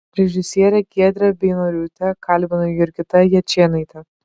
režisierę giedrę beinoriūtę kalbino jurgita jačėnaitė